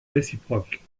réciproque